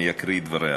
אני אקריא את דבריה.